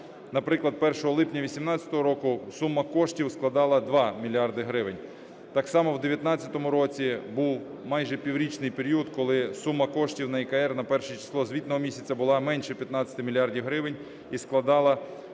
Наприклад, 1 липня 18-го року сума коштів складала 2 мільярди гривень. Так само в 19-му році був майже піврічний період, коли сума коштів на ЄКР на перше число звітного місяця була менше 15 мільярдів гривень і складала,